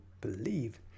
believe